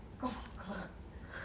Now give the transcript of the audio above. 咕噜咕噜